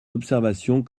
observations